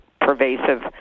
pervasive